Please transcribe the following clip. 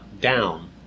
down